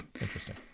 Interesting